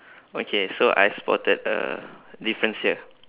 okay so I spotted a difference here